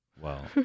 Wow